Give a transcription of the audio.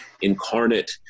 incarnate